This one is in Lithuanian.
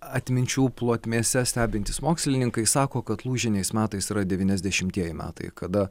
atminčių plotmėse stebintys mokslininkai sako kad lūžiniais metais yra devyniasdešimtieji metai kada